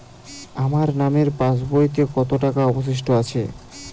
আমার নামের পাসবইতে কত টাকা অবশিষ্ট আছে?